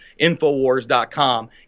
Infowars.com